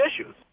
issues